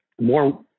more